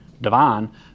divine